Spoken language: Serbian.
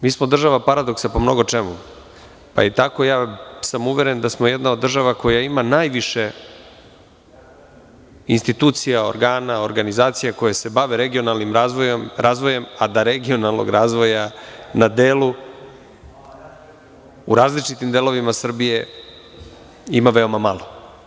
Mi smo država paradoksa po mnogo čemu, pa sam tako uveren da smo jedna od država koja ima najviše institucija, organa, organizacija, koja se bave regionalnim razvojem a da regionalnog razvoja na delu, u različitim delovima Srbije, ima veoma malo.